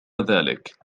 ذلك